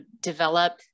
develop